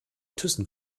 thyssen